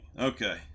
Okay